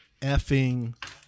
effing